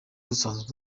dusanzwe